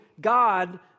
God